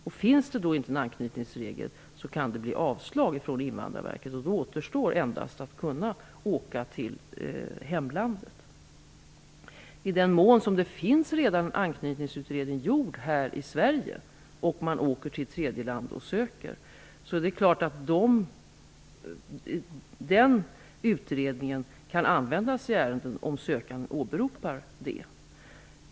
Om det inte finns en anknytningsregel kan det bli avslag från Invandrarverket. Då återstår endast att åka tillbaka till hemlandet. Om det redan har gjorts en anknytningsutredning här i Sverige, och man åker till tredje land och söker uppehållstillstånd, är det klart att den utredningen kan användas i ärendet om sökanden åberopar det.